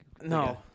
No